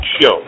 Show